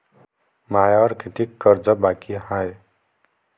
मायावर कितीक कर्ज बाकी हाय?